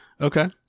Okay